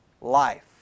life